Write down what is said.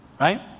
right